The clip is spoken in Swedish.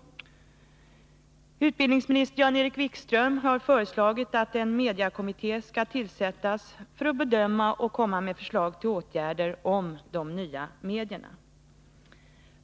Torsdagen den Utbildningsminister Jan-Erik Wikström har föreslagit att en mediekommitté 25 mars 1982 skall tillsättas för att bedöma saken och komma med förslag till åtgärder när det gäller de nya medierna.